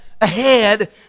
ahead